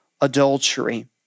adultery